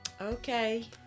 Okay